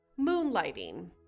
Moonlighting